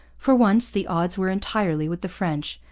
for once the odds were entirely with the french,